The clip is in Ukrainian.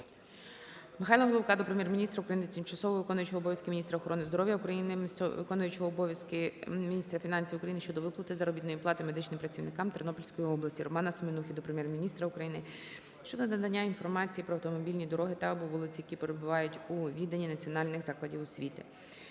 Михайла Головка до Прем'єр-міністра України, тимчасово виконуючої обов'язки міністра охорони здоров'я України, виконуючого обов'язки міністра фінансів України щодо виплати заробітної плати медичним працівникам Тернопільської області. РоманаСеменухи до Прем'єр-міністра України щодо надання інформації про автомобільні дороги та/або вулиці, які перебувають у віданні національних закладів освіти.